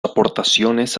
aportaciones